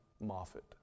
Moffat